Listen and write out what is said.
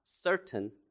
certain